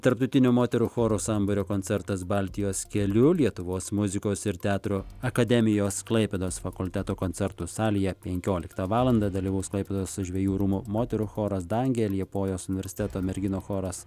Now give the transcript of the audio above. tarptautinio moterų choro sambūrio koncertas baltijos keliu lietuvos muzikos ir teatro akademijos klaipėdos fakulteto koncertų salėje penkioliktą valandą dalyvaus klaipėdos žvejų rūmų moterų choras dangė liepojos universiteto merginų choras